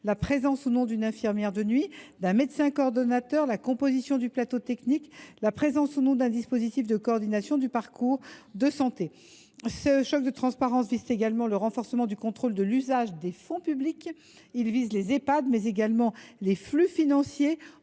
la présence ou non d’une infirmière de nuit et d’un médecin coordonnateur, la composition du plateau technique ou encore la présence ou non d’un dispositif de coordination du parcours de santé. Ce choc de transparence vise également le renforcement du contrôle de l’usage des fonds publics. Il vise non seulement les Ehpad, mais également les flux financiers